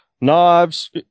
knives